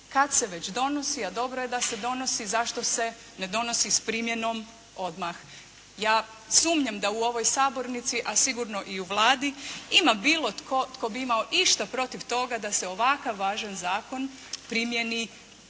kada se već donosi, a dobro je da se donosi, zašto se ne donosi s primjenom odmah. Ja sumnjam da u ovoj sabornici a sigurno i u Vladi ima bilo tko tko bi imao išta protiv toga da se ovakav važan Zakon primjeni